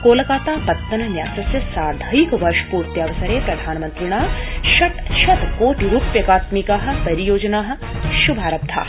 कोलकाता पत्तन न्यासस्य सार्धैकवर्षपूर्त्यवसरे प्रधानमन्त्रिणा षट् शत कोटि रूप्यकात्मिका परियोजना श्भारब्धा